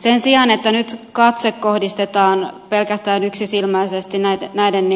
sen sijaan että nyt katse kohdistetaan pelkästään yksisilmäisesti näiden